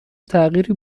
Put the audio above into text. تغییری